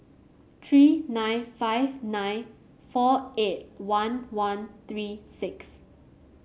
three nine five nine four eight one one three six